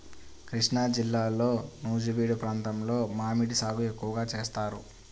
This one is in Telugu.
కృష్ణాజిల్లాలో నూజివీడు ప్రాంతంలో మామిడి సాగు ఎక్కువగా చేస్తారు